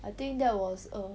I think that was err